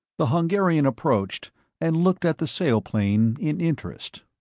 the hungarian approached and looked at the sailplane in interest.